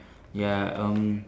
ya um